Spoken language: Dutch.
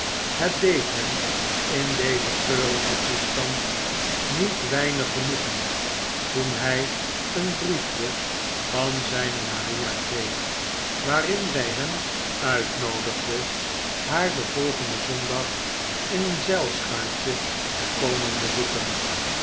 het deed hem in dezen treurigen jozef grimaldi toestand niet weinig genoegen toen hij een briefje van zijne maria kreeg waarin zij hem uitnoodigde haar den volgenden zondag in een zeilschuitje te komen bezoeken